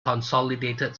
consolidated